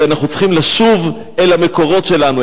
ואנחנו צריכים לשוב אל המקורות שלנו,